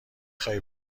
خواهی